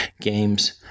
games